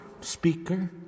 speaker